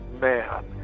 Man